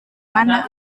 mana